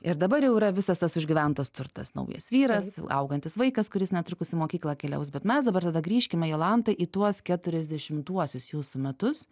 ir dabar jau yra visas tas užgyventas turtas naujas vyras augantis vaikas kuris netrukus į mokyklą keliaus bet mes dabar tada grįžkime jolanta į tuos keturiasdešimtuosius jūsų metus